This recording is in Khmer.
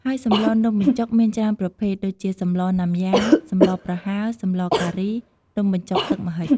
ហើយសម្លនំបញ្ចុកមានច្រើនប្រភេទដូចជា សម្លណាំយ៉ា សម្លប្រហើរ សម្លការី នំបញ្ចុកទឹកម្ហិច។